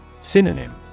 Synonym